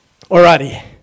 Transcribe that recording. Alrighty